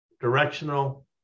directional